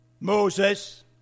Moses